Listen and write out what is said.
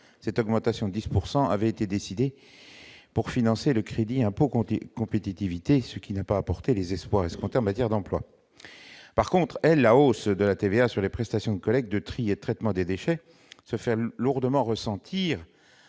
Cette augmentation avait été décidée pour financer le crédit d'impôt pour la compétitivité et l'emploi, qui n'a pas porté les fruits escomptés en matière d'emploi. En revanche, la hausse de la TVA sur les prestations de collecte, de tri et de traitement des déchets se fait lourdement sentir